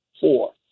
Four